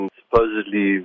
supposedly